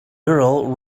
girl